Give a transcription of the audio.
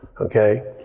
okay